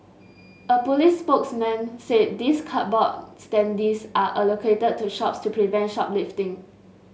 a police spokesman said these cardboard standees are allocated to shops to prevent shoplifting